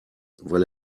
weil